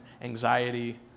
anxiety